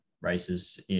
races